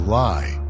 lie